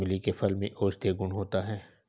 इमली के फल में औषधीय गुण होता है